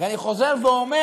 אני חוזר ואומר